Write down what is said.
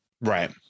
Right